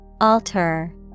Alter